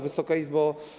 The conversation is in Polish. Wysoka Izbo!